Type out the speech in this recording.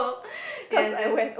yes yes